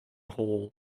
hall